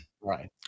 right